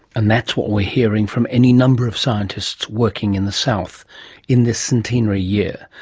and that's what we're hearing from any number of scientists working in the south in this centenary year.